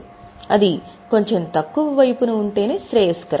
అది కొంచెం తక్కువ వైపున ఉంటేనే శ్రేయస్కరం